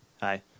Hi